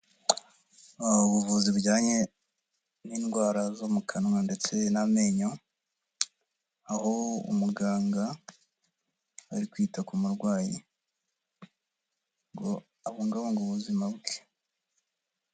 Haba ubuvuzi bujyanye n'indwara zo mu kanwa ndetse n'amenyo aho umuganga ari kwita ku murwayi ngo abugabunge ubuzima bwe.